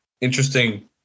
interesting